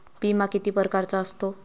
बिमा किती परकारचा असतो?